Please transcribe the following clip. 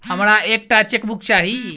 हमरा एक टा चेकबुक चाहि